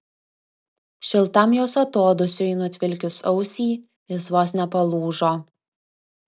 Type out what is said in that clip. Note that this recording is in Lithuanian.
šiltam jos atodūsiui nutvilkius ausį jis vos nepalūžo